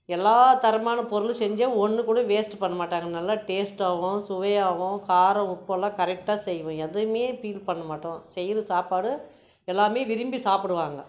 எல்லா தரமான பொருளும் செஞ்சே ஒன்று கூட வேஸ்ட்டு பண்ண மாட்டாங்க நல்லா டேஸ்டாகவும் சுவையாகவும் காரம் உப்பெல்லாம் கரெக்டாக செய்வேன் எதையுமே திங்க் பண்ண மாட்டோம் செய்யிற சாப்பாடு எல்லாமே விரும்பி சாப்பிடுவாங்க